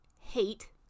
hate